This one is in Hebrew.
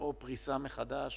או פריסה מחדש.